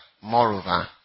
Moreover